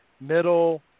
middle